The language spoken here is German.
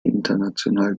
international